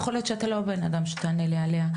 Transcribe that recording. יכול להיות שאתה לא הבן אדם שצריך לענות לי עליה,